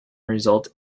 result